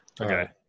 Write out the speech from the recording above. Okay